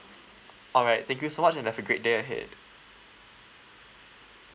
alright thank you so much and have a great day ahead